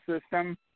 system